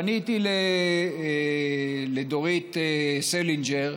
פניתי לדורית סלינגר,